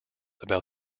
about